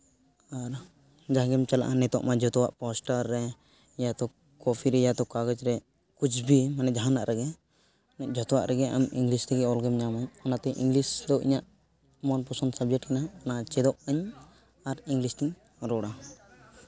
ᱟᱨ ᱡᱟᱦᱟᱸᱜᱮᱢ ᱪᱟᱞᱟᱜᱼᱟ ᱱᱤᱛᱳᱜ ᱢᱟ ᱡᱚᱛᱚᱣᱟᱜ ᱯᱳᱥᱴᱟᱨ ᱨᱮ ᱤᱭᱟᱹ ᱛᱚ ᱨᱮ ᱭᱟ ᱛᱚ ᱠᱟᱜᱚᱡᱽ ᱨᱮ ᱠᱩᱪᱷᱵᱤ ᱢᱟᱱᱮ ᱡᱟᱦᱟᱸᱱᱟᱜ ᱨᱮᱜᱮ ᱡᱚᱛᱚᱣᱟᱜ ᱨᱮᱜᱮ ᱟᱢ ᱤᱝᱞᱤᱥ ᱛᱮᱜᱮ ᱚᱞᱜᱮᱢ ᱧᱟᱢᱟ ᱚᱱᱟᱛᱮ ᱤᱝᱞᱤᱥ ᱫᱚ ᱤᱧᱟᱹᱜ ᱢᱚᱱ ᱯᱚᱥᱚᱱ ᱥᱟᱵᱡᱮᱠᱴ ᱠᱟᱱᱟ ᱚᱱᱟ ᱪᱮᱫᱚᱜ ᱤᱧ ᱟᱨ ᱤᱝᱞᱤᱥ ᱛᱤᱧ ᱨᱚᱲᱟ